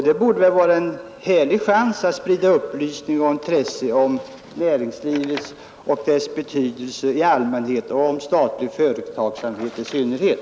Det borde vara en verklig chans att sprida upplysningar om näringslivet och dess betydelse i allmänhet och om statlig företagsamhet i synnerhet.